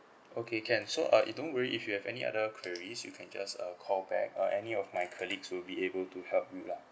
okay can so uh it don't worry if you have any other queries you can just uh call back uh any of my colleagues will be able to help you lah